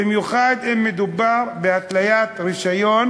במיוחד אם מדובר בהתליית רישיון